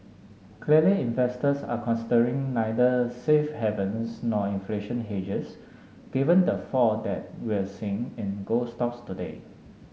clearly investors are considering neither safe havens nor inflation hedges given the fall that we're seeing in gold stocks today